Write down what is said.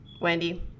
Wendy